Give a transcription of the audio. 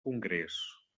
congrés